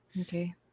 Okay